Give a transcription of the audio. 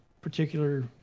particular